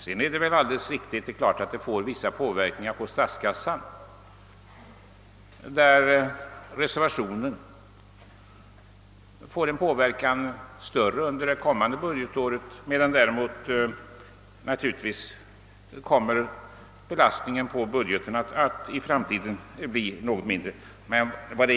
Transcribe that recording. Men det är naturligtvis alldeles riktigt att det blir vissa återverkningar på statskassan och att genomförandet av förslaget i reservationen får en större påverkan under det kommande budgetåret, medan däremot belastningen på budgeten kommer att bli något mindre i framtiden.